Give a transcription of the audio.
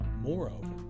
Moreover